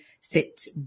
sit